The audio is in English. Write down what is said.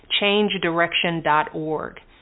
changedirection.org